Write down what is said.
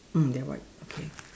mm they're white okay